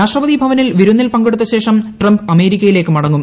രാഷ്ട്രപതിഭവനിൽ വിരുന്നിൽ പങ്കെടുത്തശേഷം ട്രംപ് അമേരിക്കയിലേക്ക് മടങ്ങും